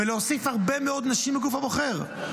ולהוסיף הרבה מאוד נשים בגוף הבוחר.